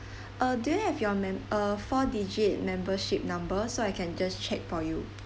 uh do you have your mem~ uh four digit membership number so I can just check for you